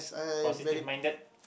positive minded